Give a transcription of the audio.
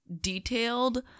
detailed